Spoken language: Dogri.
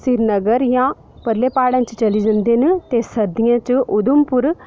श्रीनगर जां परले प्हाड़े च चली जंदे न ते सर्दियें च उधमपुर